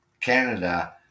Canada